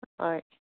ꯍꯣꯏ